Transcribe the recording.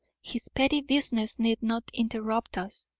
his petty business need not interrupt us.